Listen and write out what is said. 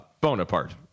Bonaparte